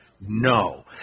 No